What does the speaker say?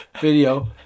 video